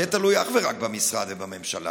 זה תלוי אך ורק במשרד ובממשלה,